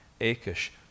Achish